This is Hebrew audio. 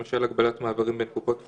למשל הגבלת מעברים לקופות-חולים.